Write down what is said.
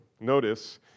Notice